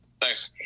Thanks